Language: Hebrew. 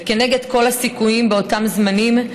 וכנגד כל הסיכויים באותם זמנים,